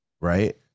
Right